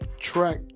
track